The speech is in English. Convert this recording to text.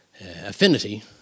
affinity